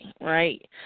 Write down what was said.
right